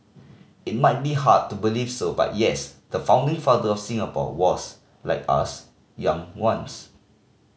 it might be hard to believe so but yes the founding father of Singapore was like us young once